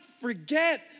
forget